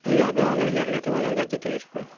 এইভাবে অনেক জায়গাতে অনেক রাজ্যতেই এরকম